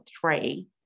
three